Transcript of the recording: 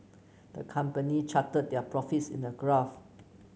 the company charted their profits in a graph